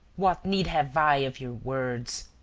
what need have i of your words?